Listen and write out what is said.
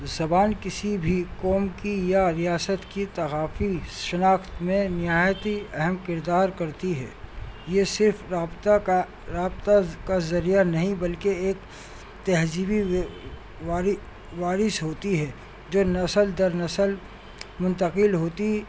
زبان کسی بھی قوم کی یا ریاست کی تحفظاتی شناخت میں نہایت ہی اہم کردار کرتی ہے یہ صرف رابطہ کا رابطہ کا ذریعہ نہیں بلکہ ایک تہذیبی وارث وارث ہوتی ہے جو نسل در نسل منتقل ہوتی